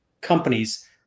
companies